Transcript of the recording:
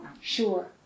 Sure